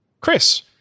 Chris